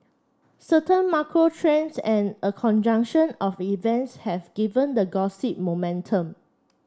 certain macro trends and a conjunction of events have given the gossip momentum